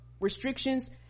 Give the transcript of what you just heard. restrictions